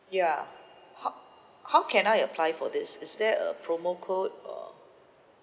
ya how~ how can I apply for this is there a promo code or